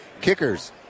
kickers